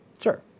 Sure